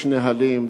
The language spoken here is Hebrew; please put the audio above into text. יש נהלים,